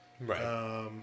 Right